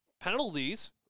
penalties